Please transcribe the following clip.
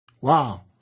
Wow